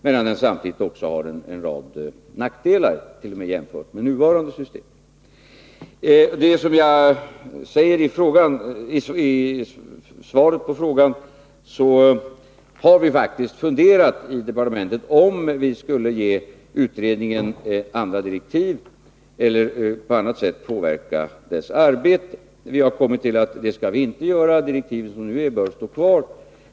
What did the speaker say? Men den har samtidigt en rad nackdelar, t.o.m. jämfört med nuvarande system. Som jag sade i mitt svar på frågan har vi på departementet funderat över om vi skulle ge utredningen andra direktiv eller på annat sätt påverka dess arbete. Vi har kommit fram till att vi inte skall göra det, utan att de nuvarande direktiven bör stå kvar.